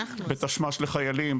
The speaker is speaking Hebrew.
מדובר בתשמ"ש (תשלומי משפחה) לחיילים,